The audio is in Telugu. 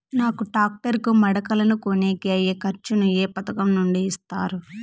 నాకు టాక్టర్ కు మడకలను కొనేకి అయ్యే ఖర్చు ను ఏ పథకం నుండి ఇస్తారు?